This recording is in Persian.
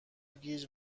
گیج